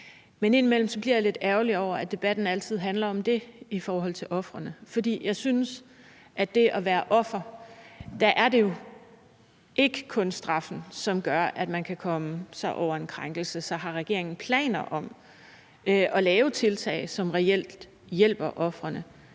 men indimellem bliver jeg lidt ærgerlig over, at debatten altid handler om det i forhold til ofrene. Jeg synes, at for et offer er det ikke kun straffen, som gør, at man kan komme sig over en krænkelse. Så har regeringen planer om at lave tiltag, som reelt hjælper ofrene?